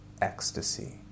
Ecstasy